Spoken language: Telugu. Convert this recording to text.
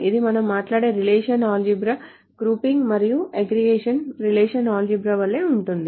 ఇది మనం మాట్లాడే రిలేషనల్ ఆల్జీబ్రా గ్రూపింగ్ మరియు అగ్రిగేషన్ రిలేషనల్ ఆల్జీబ్రా వలె ఉంటుంది